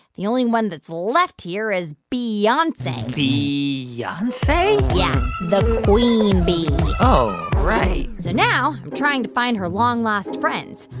the only one that's left here is bee-yonce yeah bee-yonce? yeah, the queen bee oh, right so now i'm trying to find her long-lost friends.